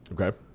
Okay